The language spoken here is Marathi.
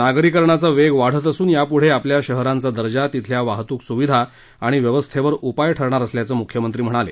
नागरीकरणाचा वेग वाढत असून यापुढे आपल्या शहरांचा दर्जा तिथल्या वाहतूक सुविधा आणि व्यवस्थेवर उपाय ठरणार असल्याचं मुख्यमंत्री म्हणाले